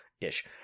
Ish